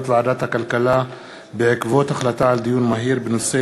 ועדת הכלכלה בעקבות דיון מהיר בהצעה